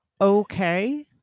okay